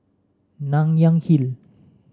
Nanyang Hill